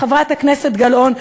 חברת הכנסת גלאון,